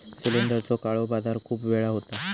सिलेंडरचो काळो बाजार खूप वेळा होता